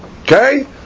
Okay